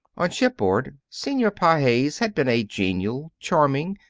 on shipboard, senor pages had been a genial, charming,